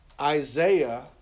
isaiah